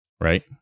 right